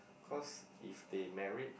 cause if they married